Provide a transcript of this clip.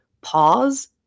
pause